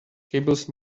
cables